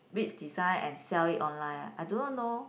beads design and sell it online ah I do not know